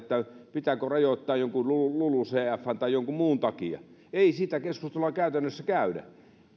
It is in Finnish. pitääkö rajoittaa jonkun lulucfn tai jonkun muun takia ei sitä keskustelua käytännössä käydä